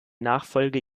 nachfolge